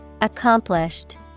Accomplished